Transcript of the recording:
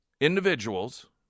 Individuals